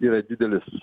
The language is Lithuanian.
yra didelis